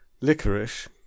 Licorice